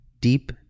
deep